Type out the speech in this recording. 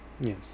Yes